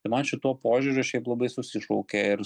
ir man šituo požiūriu šiaip labai susišaukia ir